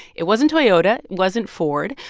it wasn't toyota. it wasn't ford.